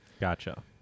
Gotcha